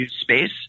space